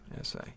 essay